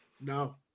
No